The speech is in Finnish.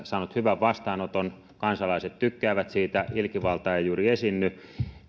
saanut hyvän vastaanoton kansalaiset tykkäävät siitä ilkivaltaa ei juuri esiinny